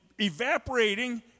evaporating